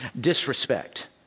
disrespect